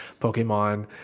Pokemon